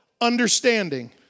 understanding